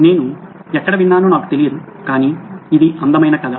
నేను ఎక్కడ విన్నానో నాకు తెలియదు కాని ఇది అందమైన కథ